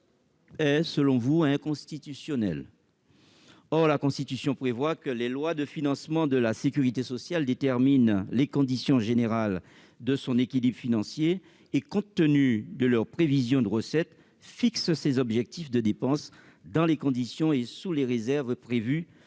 disposition est inconstitutionnelle. Or, en vertu de la Constitution, « les lois de financement de la sécurité sociale déterminent les conditions générales de son équilibre financier et, compte tenu de leurs prévisions de recettes, fixent ses objectifs de dépenses, dans les conditions et sous les réserves prévues